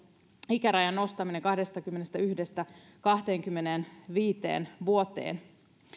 ikärajan nostaminen kahdestakymmenestäyhdestä kahteenkymmeneenviiteen vuoteen